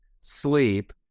sleep